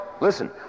listen